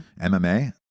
MMA